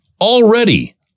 already